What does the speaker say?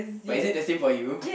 but is it the same for you